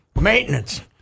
maintenance